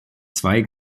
zwei